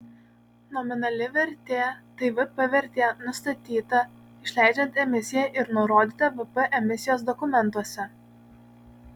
nominali vertė tai vp vertė nustatyta išleidžiant emisiją ir nurodyta vp emisijos dokumentuose